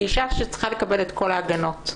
היא אישה שצריכה לקבל את כל ההגנות.